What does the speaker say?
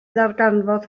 ddarganfod